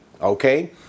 Okay